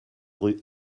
rue